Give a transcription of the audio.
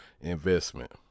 investment